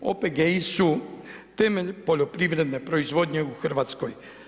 OPG su temelj poljoprivredne proizvodnje u Hrvatskoj.